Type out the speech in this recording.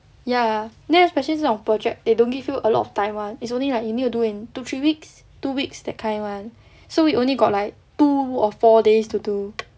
ya then especially 这种 project they don't give you a lot of time [one] is only like you need to do in two three weeks two weeks that kind [one] so we only got like two or four days to do